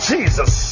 Jesus